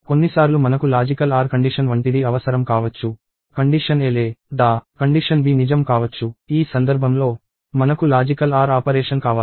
కొన్నిసార్లు మనకు logical OR condition వంటిది అవసరం కావచ్చు కండిషన్ a లేదా కండిషన్ b నిజం కావచ్చు ఈ సందర్భంలో మనకు లాజికల్ OR ఆపరేషన్ కావాలి